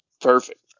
Perfect